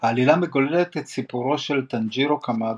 העלילה מגוללת את סיפורו של טאנג'ירו קמאדו,